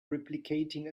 replicating